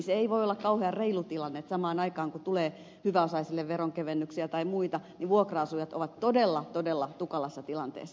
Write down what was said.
se ei voi olla kauhean reilu tilanne että samaan aikaan kun tulee hyväosaisille veronkevennyksiä tai muita niin vuokra asujat ovat todella todella tukalassa tilanteessa